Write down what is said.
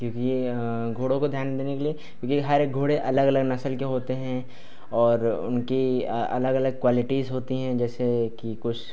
क्योंकि यह घोड़ों को ध्यान देने के लिए क्योंकि हर एक घोड़े अलग अलग नस्ल के होते हैं और उनकी अलग अलग क्वालिटीज़ होती है जैसे कि कुछ